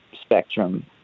spectrum